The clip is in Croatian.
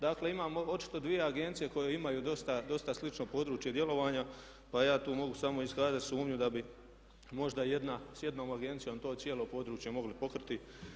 Dakle, imamo očito dvije agencije koje imaju dosta slično područje djelovanja pa ja tu mogu samo iskazati sumnju da bi možda s jednom agencijom to cijelo područje mogli pokriti.